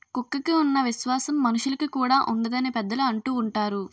కుక్కకి ఉన్న విశ్వాసం మనుషులుకి కూడా ఉండదు అని పెద్దలు అంటూవుంటారు